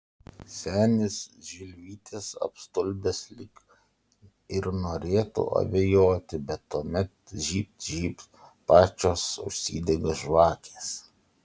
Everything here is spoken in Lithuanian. senis žilvytis apstulbęs lyg ir norėtų abejoti bet tuomet žybt žybt pačios užsidega žvakės